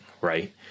right